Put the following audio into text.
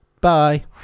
Bye